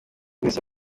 wese